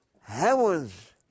heavens